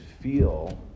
feel